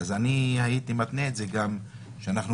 אז אני הייתי מתנה את זה גם בכך שאנחנו